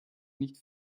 nicht